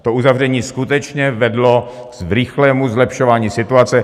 To uzavření skutečně vedlo k rychlému zlepšování situace.